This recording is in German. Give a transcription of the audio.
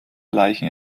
leichen